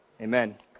Amen